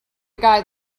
guy